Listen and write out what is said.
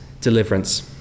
deliverance